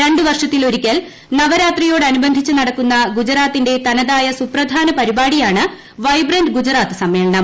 രണ്ട് വർഷത്തിൽ ഒരിക്കൽ നവരാത്രിയോടനുബന്ധിച്ച് നടക്കുന്ന ഗുജറാത്തിന്റെ തനതായ സുപ്രധാന പരിപാടിയാണ് വൈബ്രന്റ് ഗുജറാത്ത് സമ്മേളനം